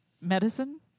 medicine